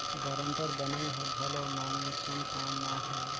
guarantor बनई हर घलो नानसुन काम ना हवे